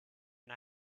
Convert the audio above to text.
and